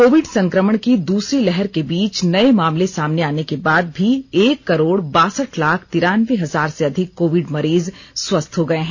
Covid संक्रमण की दूसरी लहर के बीच नए मामले सामने आने के बाद भी एक करोड़ बासठ लाख तिरानबे हजार से अधिक कोविड मरीज स्वस्थ हो गए हैं